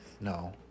No